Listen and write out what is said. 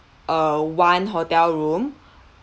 uh one hotel room